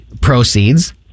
proceeds